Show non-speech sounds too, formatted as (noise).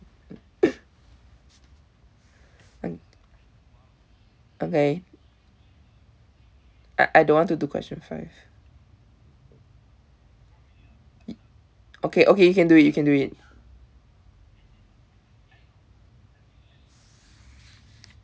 (laughs) okay I don't want to do question five okay okay you can do it you can do it